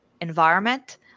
environment